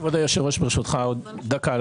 כבוד היושב-ראש, ברשותך, רק דקה.